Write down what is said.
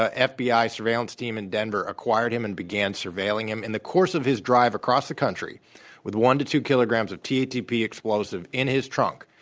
ah fbi surveillance team in denver acquired him and began surveilling him in the course of his drive across the country with one to two kilograms of tatp explosive in his trunk.